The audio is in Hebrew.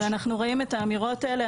אנחנו רואים את האמירות האלה.